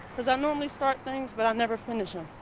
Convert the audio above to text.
because i normally start things, but i never finish them.